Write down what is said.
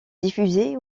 diffusé